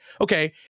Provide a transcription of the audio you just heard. okay